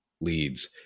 leads